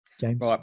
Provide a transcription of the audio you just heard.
James